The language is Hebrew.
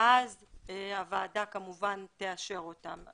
ואז הוועדה כמובן תאשר אותם.